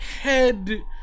head